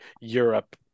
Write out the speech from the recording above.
Europe